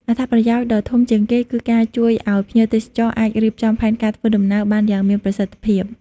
អត្ថប្រយោជន៍ដ៏ធំជាងគេគឺការជួយឲ្យភ្ញៀវទេសចរអាច រៀបចំផែនការធ្វើដំណើរ បានយ៉ាងមានប្រសិទ្ធភាព។